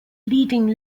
leading